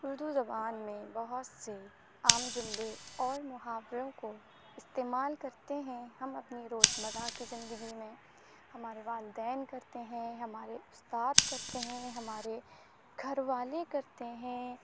اردو زبان میں بہت سے عام جملے اور محاوروں کو استعمال کرتے ہیں ہم اپنی روز مرہ کے زندگی میں ہمارے والدین کرتے ہیں ہمارے استاد کرتے ہیں ہمارے گھر والے کرتے ہیں